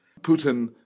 Putin